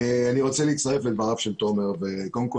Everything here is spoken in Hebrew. אני רוצה להצטרף לדבריו של תומר וקודם כל